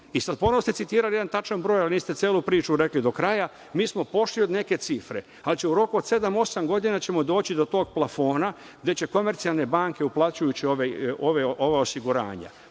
i sad ponovo ste citirali jedan tačan broj, ali niste celu priču rekli do kraja, mi smo pošli od neke cifre, ali ćemo u roku od sedam, osam godina doći do tog plafona gde će komercijalne banke, uplaćujući ova osiguranja,